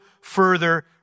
further